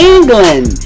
England